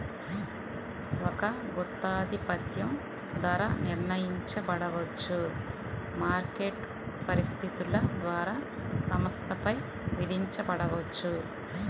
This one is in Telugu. ఒక గుత్తాధిపత్యం ధర నిర్ణయించబడవచ్చు, మార్కెట్ పరిస్థితుల ద్వారా సంస్థపై విధించబడవచ్చు